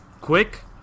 quick